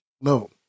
No